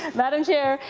madam chair,